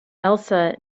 elsa